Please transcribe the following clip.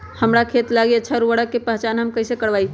हमार खेत लागी अच्छा उर्वरक के पहचान हम कैसे करवाई?